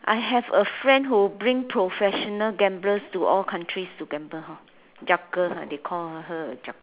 I have a friend who bring professional gamblers to all countries to gamble hor they call her a